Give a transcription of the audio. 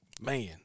Man